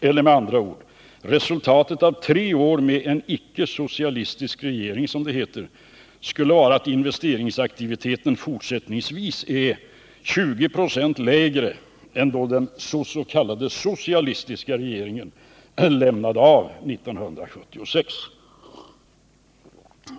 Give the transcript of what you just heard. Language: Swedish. Eller med andra ord: resultatet av tre år med en icke-socialistisk regering, som det heter, skulle vara att investeringsaktiviteten fortsättningsvis är 20 26 lägre än då den s.k. socialistiska regeringen lämnade av 1976.